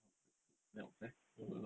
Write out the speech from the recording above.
chocolate melts eh